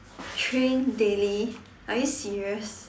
train daily are you serious